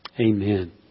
Amen